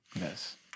Yes